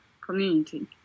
community